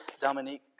Dominique